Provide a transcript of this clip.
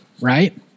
right